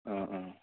ആ ആ